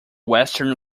western